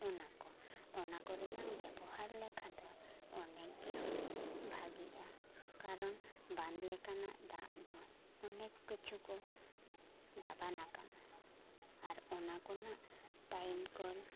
ᱚᱱᱟ ᱠᱚ ᱚᱱᱟ ᱠᱚᱨᱮᱱᱟᱝ ᱵᱮᱵᱚᱦᱟᱨ ᱞᱮᱠᱷᱟᱫᱟ ᱚᱱᱮᱠ ᱜᱮ ᱵᱷᱟᱜᱤᱜᱼᱟ ᱠᱟᱨᱚᱱ ᱵᱟᱸᱫᱽ ᱞᱮᱠᱟᱱᱟᱜ ᱫᱟᱜ ᱫᱚ ᱚᱱᱮᱠ ᱠᱤᱪᱷᱩ ᱠᱚ ᱜᱟᱵᱟᱱᱟᱠᱟᱜᱼᱟ ᱟᱨ ᱚᱱᱟ ᱠᱚᱨᱮᱱᱟᱜ ᱴᱟᱭᱤᱢᱠᱚᱞ